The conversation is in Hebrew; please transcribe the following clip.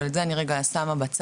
אבל את זה אני רגע שמה בצד.